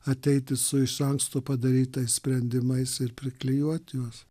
ateiti su iš anksto padarytais sprendimais ir priklijuoti juos